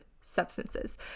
substances